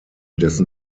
dessen